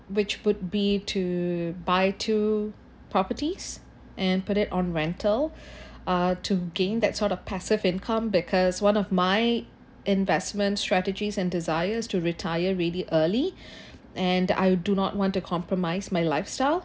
which would be to buy two properties and put it on rental ah to gain that sort of passive income because one of my investment strategies and desires to retire ready early and I do not want to compromise my lifestyle